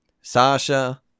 Sasha